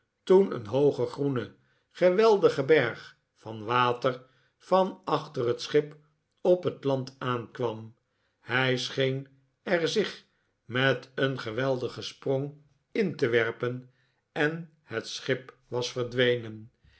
toen een hooge groene geweldige berg van water van achter het schip op het land aankwam hij scheen er zich met een geweldigen sprong in te werpen en het schip was verdwenen